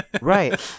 Right